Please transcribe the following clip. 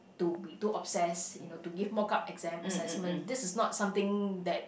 to be too obsessed you know to give mock up exam assessment this is not something that